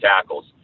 tackles